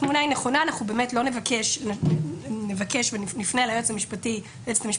התמונה היא נכונה במרביתה: אנחנו באמת לא נפנה ליועצת המשפטית לממשלה